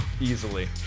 Easily